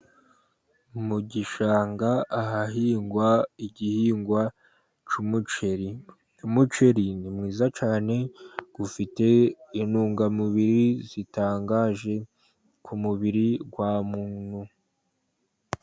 Mu gishanga ahahingwa igihingwa cy'umuceri. Umuceri ni mwiza cyane ufite intungamubiri zitangaje, ku mubiri wa muntu.